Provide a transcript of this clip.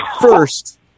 first